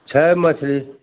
छै मछली